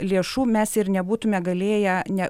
lėšų mes ir nebūtume galėję ne